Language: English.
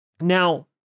Now